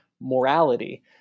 morality